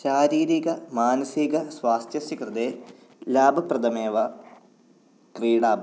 शारीरिकमानसिकस्वास्थ्यस्य कृते लाभप्रतमेव क्रीडां